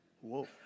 Whoa